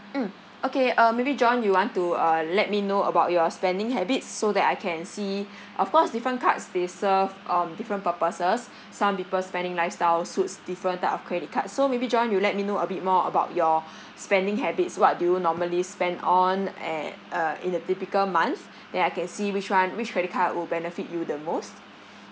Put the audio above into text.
mm okay uh maybe john you want to uh let me know about your spending habits so that I can see of course different cards they serve um different purposes some people spending lifestyle suits different type of credit card so maybe john you let me know a bit more about your spending habits what do you normally spend on at uh in a typical month then I can see which one which credit card will benefit you the most